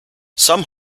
some